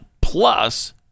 Plus